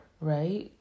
right